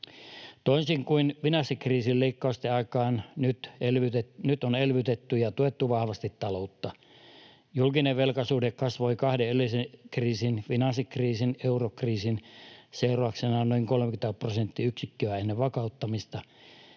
Toisin kuin finanssikriisin leikkausten aikaan, nyt on elvytetty ja tuettu vahvasti taloutta. Julkinen velkasuhde kasvoi kahden edellisen kriisin, finanssikriisin ja eurokriisin, seurauksena noin 30 prosenttiyksikköä ennen vakauttamista,